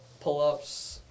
pull-ups